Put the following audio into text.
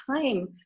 time